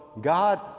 God